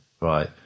Right